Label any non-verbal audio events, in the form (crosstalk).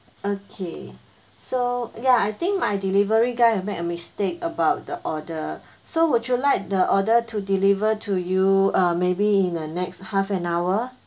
okay so ya I think my delivery guy had made a mistake about the order (breath) so would you like the order to deliver to you uh maybe in uh next half an hour